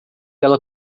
ela